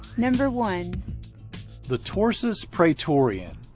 number one the torsus praetorian.